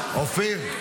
אופיר.